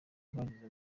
rwagize